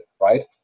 right